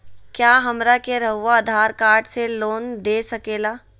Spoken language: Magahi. क्या हमरा के रहुआ आधार कार्ड से लोन दे सकेला?